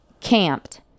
camped